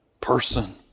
person